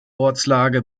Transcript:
ortslage